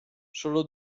solo